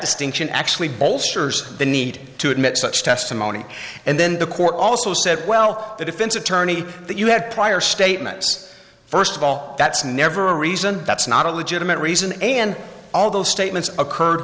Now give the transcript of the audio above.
distinction actually bowl sure's the need to admit such testimony and then the court also said well the defense attorney that you had prior statements first of all that's never a reason that's not a legitimate reason and all those statements occurred